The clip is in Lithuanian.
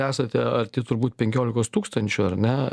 esate arti turbūt penkiolikos tūkstančių ar ne